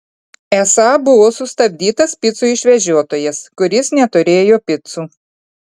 esą buvo sustabdytas picų išvežiotojas kuris neturėjo picų